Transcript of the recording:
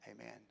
Amen